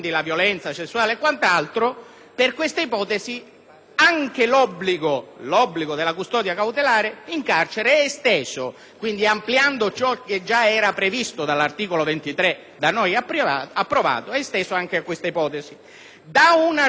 anche l'obbligo della custodia cautelare in carcere. Quindi, ciò che già era previsto dall'articolo 23 da noi approvato è esteso anche a questa ipotesi. Da una ricognizione sistematica delle ipotesi di reato,